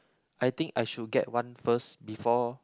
I think I should get one first before